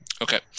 Okay